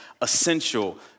essential